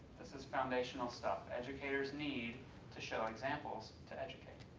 this is foundational stuff, educators need to show examples to educate.